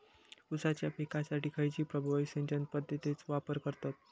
ऊसाच्या पिकासाठी खैयची प्रभावी सिंचन पद्धताचो वापर करतत?